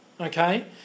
okay